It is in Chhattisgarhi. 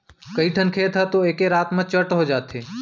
कइठन खेत ह तो एके रात म चट हो जाथे